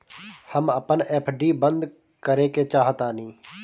हम अपन एफ.डी बंद करेके चाहातानी